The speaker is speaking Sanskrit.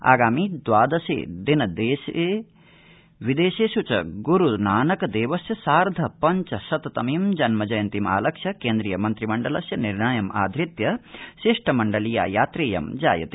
आगामि द्वादशे दिन देशे विदेशेष् च ग्रू नानक देवस्य सार्द्व पंचशत् तमीं जन्मजयन्तीमालक्ष्य केन्द्रीय मन्त्रिमण्डलस्य निर्णयमाधृत्य शिष्टमण्डलीया यात्रेयं जायते